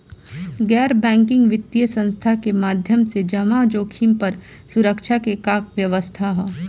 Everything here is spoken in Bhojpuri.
गैर बैंकिंग वित्तीय संस्था के माध्यम से जमा जोखिम पर सुरक्षा के का व्यवस्था ह?